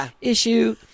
issue